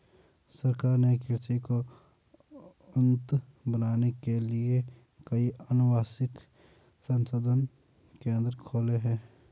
सरकार ने कृषि को उन्नत बनाने के लिए कई अनुवांशिक संशोधन केंद्र खोले हैं